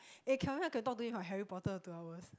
eh Kelvin I can talk to him about Harry-Potter for two hours